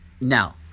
now